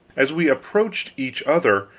as we approached each other,